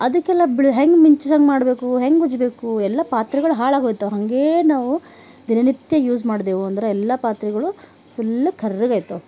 ಅದಕ್ಕೆಲ್ಲ ಬಿಳಿ ಹೆಂಗೆ ಮಿಂಚ್ದಂಗೆ ಮಾಡಬೇಕು ಹೆಂಗೆ ಉಜ್ಜಬೇಕು ಎಲ್ಲ ಪಾತ್ರೆಗಳು ಹಾಳಾಗೋಯ್ತವು ಹಾಗೆ ನಾವು ದಿನನಿತ್ಯ ಯೂಸ್ ಮಾಡಿದೆವು ಅಂದರೆ ಎಲ್ಲ ಪಾತ್ರೆಗಳು ಫುಲ್ ಕರ್ರಗಾಯ್ತವು